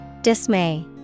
dismay